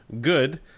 good